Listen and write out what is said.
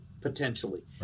potentially